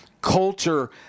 Culture